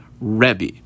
Rebbe